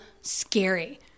scary